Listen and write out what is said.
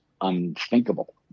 unthinkable